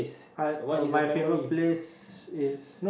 I uh my favourite place is